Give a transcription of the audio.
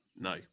No